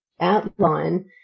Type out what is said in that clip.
outline